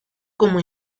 como